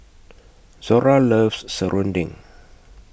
Zora loves Serunding